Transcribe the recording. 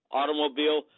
automobile